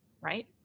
right